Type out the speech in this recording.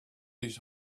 his